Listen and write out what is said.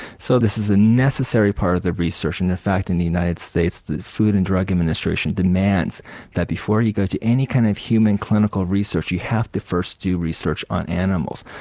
so this is a necessary part of the research, and in fact in the united states, the food and drug administration demands that before you go to any kind of human clinical research, you have to first do research on animals.